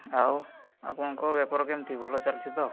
ଆଉ ଆପଣଙ୍କ ବେପାର କେମିତି ଭଲ ଚାଲିଛି ତ